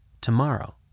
tomorrow